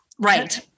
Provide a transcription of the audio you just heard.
Right